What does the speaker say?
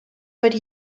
but